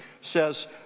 says